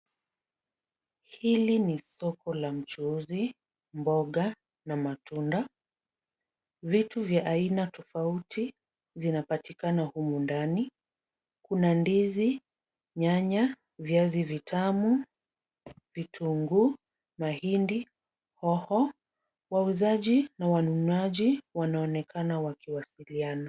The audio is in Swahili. Hili ni soko la mchuuzi mboga na matunda. Vitu vya aina tofauti vinapatikana humu ndani. Kuna ndizi, nyanya, viazi vitamu, vitunguu, mahindi, hoho, wauzaji na wanunuaji wanaonekana wakiwasiliana.